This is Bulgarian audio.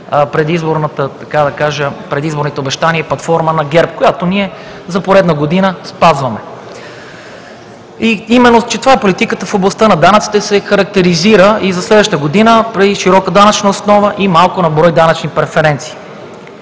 и беше заложено в предизборните обещания и платформа на ГЕРБ, която ние за поредна година спазваме. Политиката в областта на данъците се характеризира и за следващата година при широка данъчна основа и малко на брой данъчни преференции.